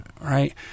right